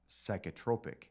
psychotropic